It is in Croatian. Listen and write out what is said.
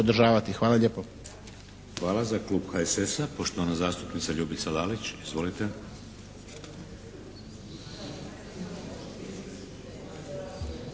Hvala. Za klub HSS-a, poštovana zastupnica Ljubica Lalić. Izvolite.